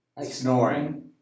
Snoring